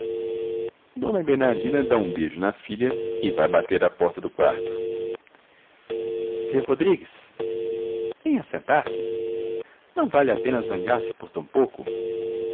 dona bernardina dá um beijo na filha e vai bater à porta do quarto seu rodrigues venha sentar-se não vale a pena zangar-se por tão pouco